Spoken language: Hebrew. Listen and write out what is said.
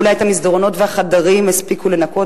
אולי את המסדרונות והחדרים יספיקו לנקות,